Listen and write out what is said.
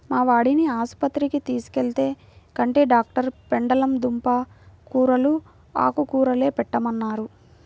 మా వాడిని ఆస్పత్రికి తీసుకెళ్తే, కంటి డాక్టరు పెండలం దుంప కూరలూ, ఆకుకూరలే పెట్టమన్నారు